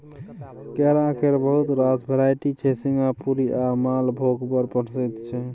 केरा केर बहुत रास भेराइटी छै सिंगापुरी आ मालभोग बड़ प्रसिद्ध छै